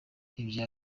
ibya